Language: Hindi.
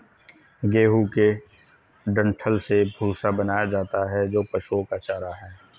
गेहूं के डंठल से भूसा बनाया जाता है जो पशुओं का चारा है